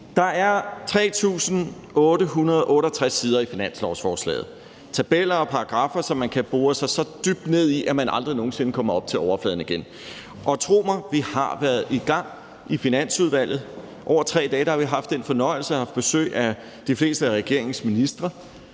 Der er 3.868 sider i finanslovsforslaget – tabeller og paragraffer, som man kan bore sig så dybt ned i, at man aldrig nogen sinde kommer op til overfladen igen. Og tro mig: Vi har været i gang i Finansudvalget. Over 3 dage har vi haft den fornøjelse at have besøg af de fleste af regeringens ministre.